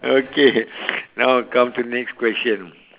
okay now come to next question